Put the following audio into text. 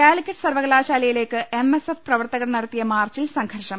കാലിക്കറ്റ് സർവ്വകലാശാലയിലേക്ക് M S F പ്രവർത്തകർ നടത്തിയ മാർച്ചിൽ സംഘർഷം